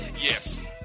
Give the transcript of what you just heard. Yes